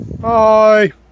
Bye